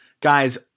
Guys